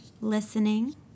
listening